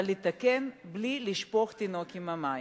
אבל לתקן בלי לשפוך את התינוק עם המים.